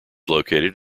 located